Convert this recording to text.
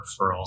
referrals